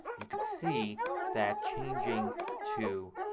you can see that changing to